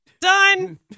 Done